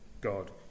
God